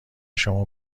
شما